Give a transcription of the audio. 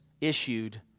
issued